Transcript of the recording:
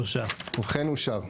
הצבעה בעד 4 נמנעים 3 אושר.